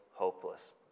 hopeless